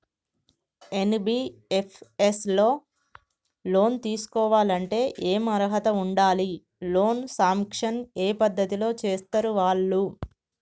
NBFS లో loan తీస్కోవాలంటే ఏం అర్హత ఉండాలి? లోన్ సాంక్షన్ ఏ పద్ధతి లో చేస్తరు వాళ్లు?